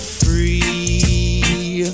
free